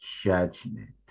Judgment